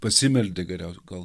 pasimeldė geriausiai gal